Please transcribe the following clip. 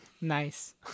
Nice